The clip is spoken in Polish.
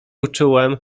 uczułem